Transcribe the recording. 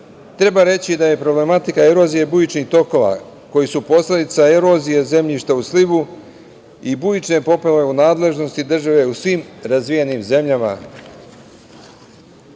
reći da je problematika erozije bujičnih tokova koji su posledica erozije zemljišta u slivu i bujične poplave u nadležnosti države u svim razvijenim zemljama.